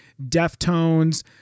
Deftones